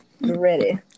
ready